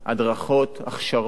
הדרכות, הכשרות,